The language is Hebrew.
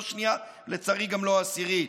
לא השנייה ולצערי גם לא העשירית: